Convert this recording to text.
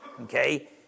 okay